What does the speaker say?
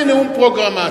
הכנתי נאום פרוגרמטי,